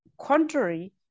contrary